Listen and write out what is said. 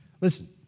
Listen